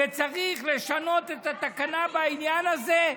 צריך לשנות את התקנה בעניין הזה.